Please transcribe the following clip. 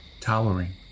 towering